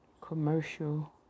commercial